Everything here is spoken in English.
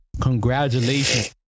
congratulations